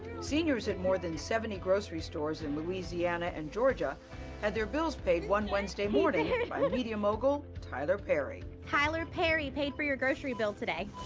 seniors at more than seventy grocery stores in louisiana and georgia had their bills paid one wednesday morning by media mogul tyler perry. tyler perry paid for your grocery bill today.